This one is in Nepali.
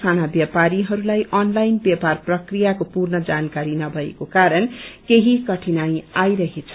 साना व्यापारीहरूलाई अनलाइन व्यापार प्रकियाको पूर्ण जानकारी नभएको कारण केही कठिनाई आईरहेछ